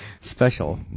Special